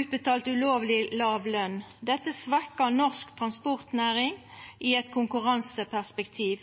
utbetalt ulovleg låg løn. Dette svekkjer norsk transportnæring i eit konkurranseperspektiv.